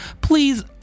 Please